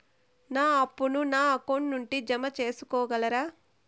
నా అప్పును నా అకౌంట్ నుండి జామ సేసుకోగలరా?